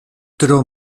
tro